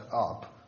up